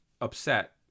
upset